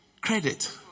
credit